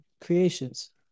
creations